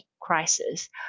crisis